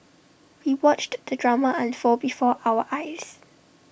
we watched the drama unfold before our eyes